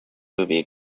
movie